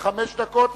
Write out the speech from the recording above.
חמש דקות,